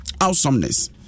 Awesomeness